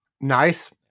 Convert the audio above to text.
Nice